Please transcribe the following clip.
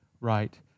right